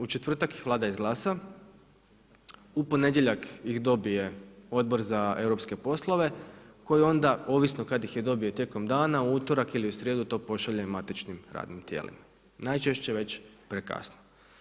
U četvrtak ih Vlada izglasa, u ponedjeljak ih dobije Odbor za europske poslove koji onda ovisno kad ih je dobio tijekom dana u utorak ili u srijedu to pošalje matičnim radnim tijelima najčešće već prekasno.